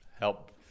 Help